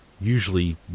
Usually